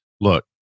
look